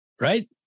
Right